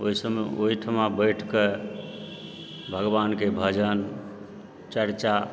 ओहिठाम बैठिकऽ भगवानके भजन चर्चा